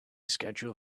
schedule